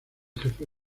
jefe